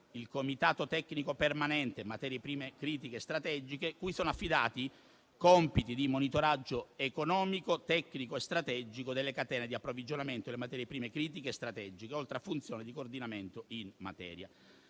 il Comitato tecnico per le materie prime critiche e strategiche, cui sono affidati compiti di monitoraggio economico, tecnico e strategico delle catene di approvvigionamento delle materie prime critiche e strategiche, oltre a funzioni di coordinamento in materia.